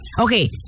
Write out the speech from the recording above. okay